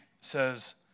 says